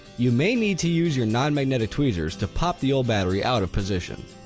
you may need to use your non-magnetic tweezers to pop the old battery out of position.